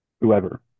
whoever